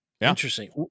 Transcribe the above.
Interesting